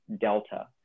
delta